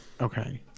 okay